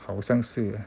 好像是